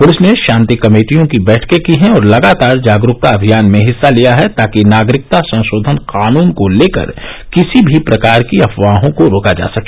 police ने शांति कमेटियों की बैठकें की हैं और लगातार जागरूकता अभियान में हिस्सा लिया है ताकि नागरिकता संशोधन कानून को लेकर किसी भी प्रकार की अफवाहों को रोका जा सके